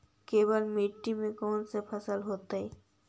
केवल मिट्टी में कौन से फसल होतै?